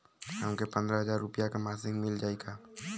हमके पन्द्रह हजार रूपया क मासिक मिल जाई का?